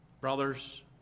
Brothers